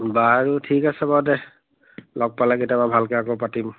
বাৰু ঠিক আছে বাৰু দে লগ পালে কেতিয়াবা ভালকৈ আকৌ পাতিম